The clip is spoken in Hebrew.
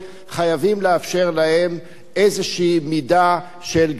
חייבים לאפשר להן איזו מידה של גבייה.